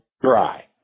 dry